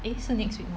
eh 是 next week mah